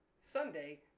Sunday